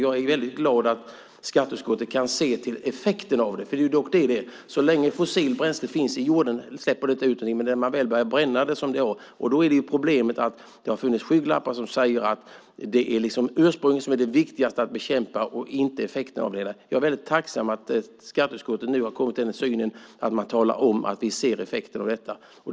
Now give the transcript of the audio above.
Jag är väldigt glad att skatteutskottet kan se till effekten av det, för så länge fossila bränslen finns i jorden släpper de inte ut någonting, men när man väl börjar bränna dem gör de det, och då är problemet att det har funnits skygglappar om att det är ursprunget som är det viktigaste att bekämpa och inte effekterna av det hela. Jag är väldigt tacksam att skatteutskottet nu har kommit till synen att man talar om att vi ser effekterna av detta.